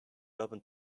urban